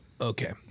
Okay